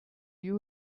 you